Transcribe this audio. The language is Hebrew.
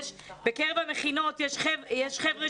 בקרב המכינות יש חבר'ה,